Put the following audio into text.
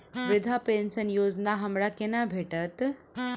वृद्धा पेंशन योजना हमरा केना भेटत?